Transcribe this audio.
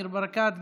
ניר ברקת,